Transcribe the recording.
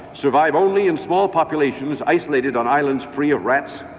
survive only in small populations isolated on islands free of rats,